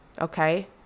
okay